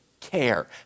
care